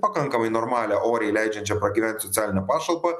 pakankamai normalią oriai leidžiančią pragyvent socialinę pašalpą